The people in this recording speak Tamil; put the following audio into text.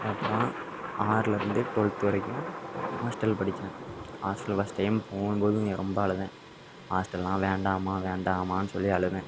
அதுக்கப்புறம் ஆறிலருந்து ட்வல்த் வரைக்கும் ஹாஸ்டல் படித்தேன் ஹாஸ்டல் ஃபஸ்ட் டைம் போகும்போது ரொம்ப அழுதேன் ஹாஸ்டல்ல்லாம் வேண்டாம்மா வேண்டாம்மான்னு சொல்லி அழுதேன்